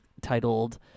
titled